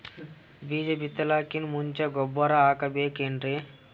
ಬೀಜ ಬಿತಲಾಕಿನ್ ಮುಂಚ ಗೊಬ್ಬರ ಹಾಕಬೇಕ್ ಏನ್ರೀ?